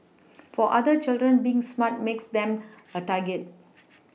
for other children being smart makes them a target